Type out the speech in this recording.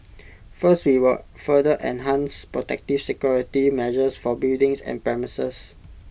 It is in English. first we will further enhance protective security measures for buildings and premises